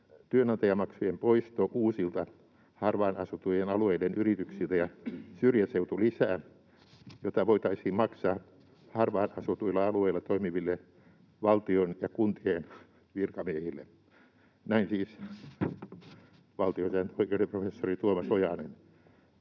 työnantajamaksujen poisto uusilta harvaan asuttujen alueiden yrityksiltä ja syrjäseutulisä, jota voitaisiin maksaa harvaan asutuilla alueilla toimiville valtion ja kuntien virkamiehille — näin siis valtiosääntöoikeuden professori Tuomas Ojanen.